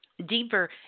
deeper